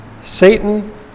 Satan